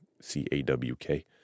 C-A-W-K